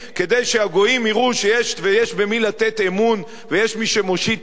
שהגויים יראו שיש במי לתת אמון ויש מי שמושיט יד לשלום,